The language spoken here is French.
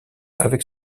avec